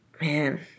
Man